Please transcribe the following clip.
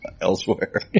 elsewhere